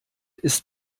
ist